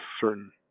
certain